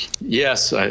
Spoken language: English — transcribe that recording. Yes